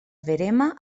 verema